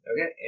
Okay